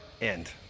end